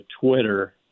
Twitter